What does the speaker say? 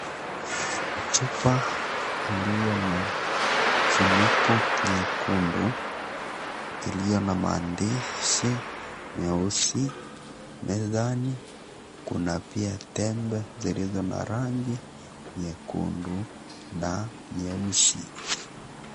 Chupa iliyo na funiko jekundu iliyo na maandishi meusi mezani kuna pia tembe zilizo na rangi nyekundu na nyeusi.